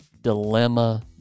dilemma